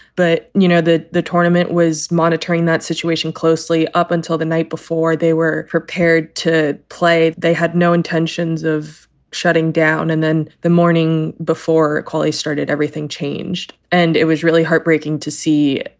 but, you know, that the tournament was monitoring that situation closely. up until the night before, they were prepared to play. they had no intentions of shutting down. and then the morning before quality started, everything changed. and it was really heartbreaking to see.